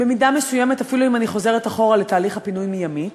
במידה מסוימת אפילו אם אני חוזרת אחורה לתהליך הפינוי מימית,